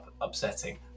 upsetting